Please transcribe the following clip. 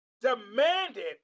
demanded